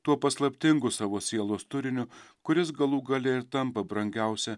tuo paslaptingu savo sielos turiniu kuris galų gale ir tampa brangiausia